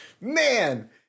Man